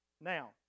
Now